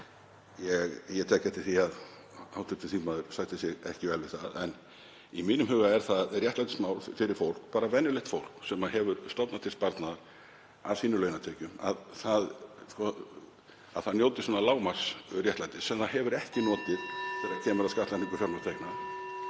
Ég tek eftir því að hv. þingmaður sættir sig ekki við það. En í mínum huga er það réttlætismál fyrir fólk, venjulegt fólk sem hefur stofnað til sparnaðar af sínum launatekjum, að það njóti lágmarksréttlætis sem það hefur ekki notið þegar kemur að skattlagningu fjármagnstekna.